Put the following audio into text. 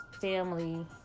family